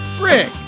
Rick